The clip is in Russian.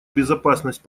безопасность